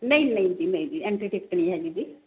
ਨਹੀਂ ਨਹੀਂ ਜੀ ਨਹੀਂ ਜੀ ਐਂਟਰੀ ਟਿਕਟ ਨਹੀਂ ਹੈਗੀ ਜੀ